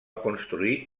construir